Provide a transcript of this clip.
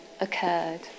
occurred